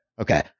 Okay